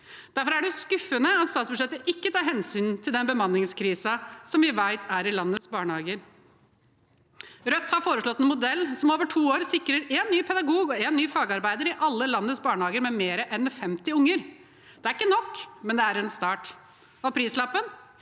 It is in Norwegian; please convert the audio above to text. Derfor er det skuffende at statsbudsjettet ikke tar hensyn til den bemanningskrisen som vi vet er i landets barnehager. Rødt har foreslått en modell som over to år sikrer én ny pedagog og én ny fagarbeider i alle landets barnehager med mer enn 50 unger. Det er ikke nok, men det er en start. Prislappen